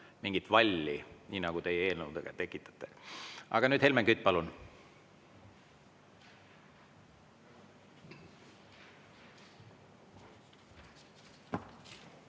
mingit valli, nii nagu teie eelnõudega tekitate. Aga nüüd, Helmen Kütt, palun!